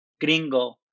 Gringo